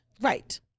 right